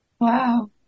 Wow